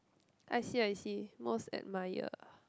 I see I see most admire